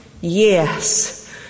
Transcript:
Yes